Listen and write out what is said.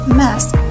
mask